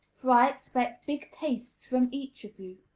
for i expect big tastes from each of you.